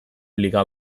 liga